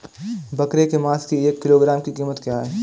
बकरे के मांस की एक किलोग्राम की कीमत क्या है?